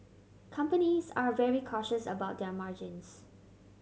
companies are very cautious about their margins